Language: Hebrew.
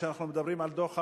כשאנחנו מדברים על דוח העוני.